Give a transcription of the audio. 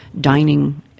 dining